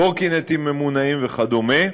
קורקינטים ממונעים וכדומה,